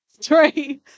three